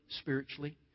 spiritually